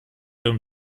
ihren